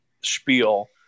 spiel